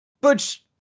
Butch